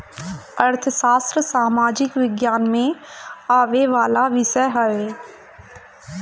अर्थशास्त्र सामाजिक विज्ञान में आवेवाला विषय हवे